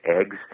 eggs